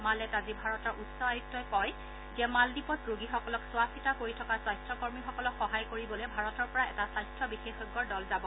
মালেত আজি ভাৰতৰ উচ্চ আয়ুক্তই কয় যে মালদ্বীপত ৰোগীসকলক চোৱাচিতা কৰি থকা স্বাস্থ্যকৰ্মীসকলক সহায় কৰিবলৈ ভাৰতৰ পৰা এটা স্বাস্থ্য বিশেষজ্ঞৰ দল যাব